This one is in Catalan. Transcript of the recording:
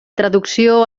traducció